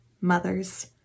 mothers